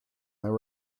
their